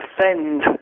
defend